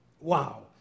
Wow